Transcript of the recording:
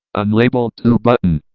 unlabeled two button.